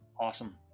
Awesome